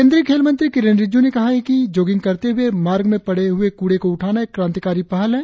केंद्रीय खेल मंत्री किरेन रिजिजू ने कहा है कि जोगिंग करते हुए मार्ग में पड़े हुए कुड़े को उठाना एक क्रांतिकारी पहल है